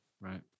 Right